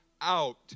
out